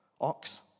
ox